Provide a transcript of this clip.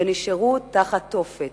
ונשארו תחת תופת,